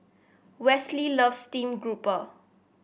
Wesley loves stream grouper